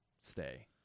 stay